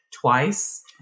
twice